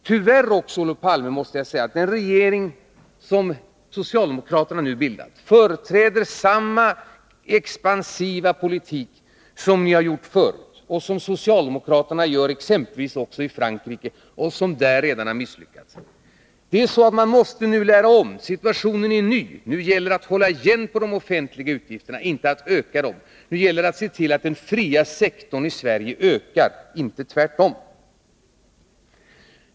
Tyvärr måste jag säga, Olof Palme, att den regering som socialdemokraterna nu bildat företräder samma expansiva politik som förut. Det är samma politik som socialdemokraterna för också i exempelvis Frankrike men som där redan har misslyckats. Man måste nu lära om. Situationen är ny. Nu gäller det att hålla igen på de offentliga utgifterna, inte att öka dem. Nu gäller det att se till att den fria sektorn i Sverige ökar, inte tvärtom.